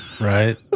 Right